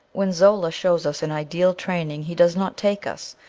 when zola shows us an ideal training he does not take us,